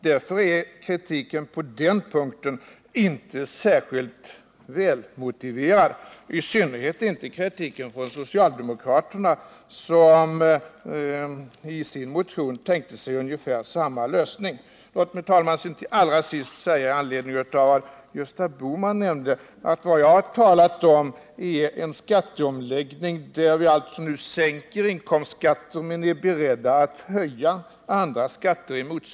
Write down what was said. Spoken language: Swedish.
Därför är kritiken på den punkten inte särskilt välmotiverad, i synnerhet inte kritiken från socialdemokraterna, som i sin motion tänkte sig ungefär samma lösning. Gösta Bohman nämnde att vad jag har talat om är en skatteomläggning där vi nu sänker inkomstskatten men också är beredda att höja andra skatter.